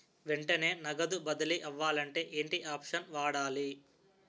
వెంటనే నగదు బదిలీ అవ్వాలంటే ఏంటి ఆప్షన్ వాడాలి?